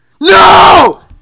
No